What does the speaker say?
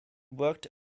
worked